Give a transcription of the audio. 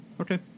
Okay